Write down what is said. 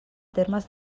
termes